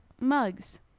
mugs